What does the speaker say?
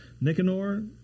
Nicanor